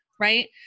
right